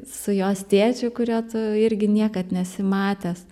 su jos tėčiu kurio tu irgi niekad nesi matęs